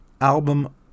album